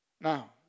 Now